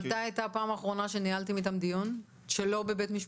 מתי לאחרונה ניהלתם איתם דיון שלא בבית משפט?